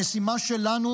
המשימה שלנו